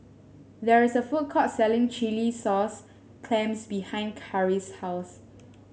there is a food court selling Chilli Sauce Clams behind Karis' house